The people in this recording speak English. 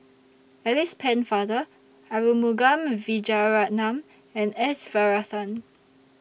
Alice Pennefather Arumugam Vijiaratnam and S Varathan